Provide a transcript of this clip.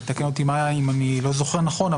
ותתקן אותי מאיה אם אני לא זוכר נכון,